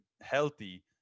healthy